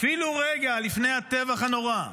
אפילו רגע לפני הטבח הנורא,